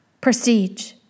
Prestige